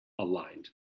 aligned